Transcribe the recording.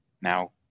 now